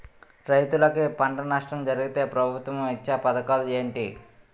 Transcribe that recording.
రైతులుకి పంట నష్టం జరిగితే ప్రభుత్వం ఇచ్చా పథకాలు ఏంటి?